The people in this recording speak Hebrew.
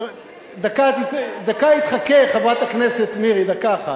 דקה היא תחכה, חברת הכנסת מירי, דקה אחת,